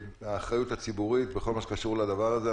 והאחריות הציבורית בכל מה שקשור לדבר הזה.